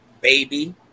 baby